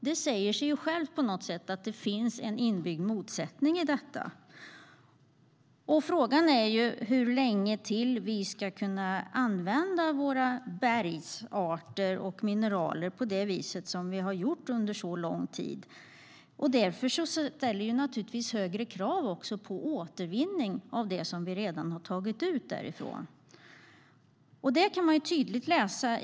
Det säger sig självt att det finns en inbyggd motsättning i detta. Frågan är hur länge till vi ska kunna använda våra bergarter och mineraler på det vis som vi har gjort under så lång tid. Därför ställs det naturligtvis högre krav på återvinning av det som vi redan har tagit ut.